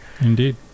Indeed